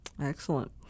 Excellent